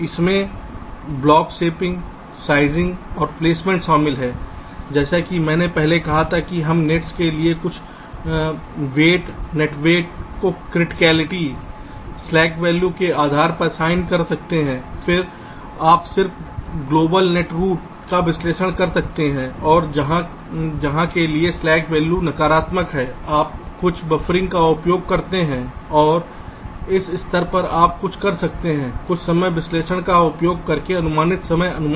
इसमें block shaping sizing और placement शामिल हैं और जैसा कि मैंने पहले कहा था कि हम नेट्स के लिए कुछ वेट नेट वेट को क्रिटिकलिटी स्लैक वैल्यू के आधार पर असाइन कर सकते हैं फिर आप सिर्फ ग्लोबल नेट रूट का विश्लेषण कर सकते हैं और जहाँ के लिए स्लैक वैल्यू नकारात्मक हैं आप कुछ बफ़रिंग का उपयोग करते हैं और इस स्तर पर आप कुछ कर सकते हैं कुछ समय विश्लेषण का उपयोग करके अनुमानित समय अनुमान